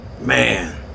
Man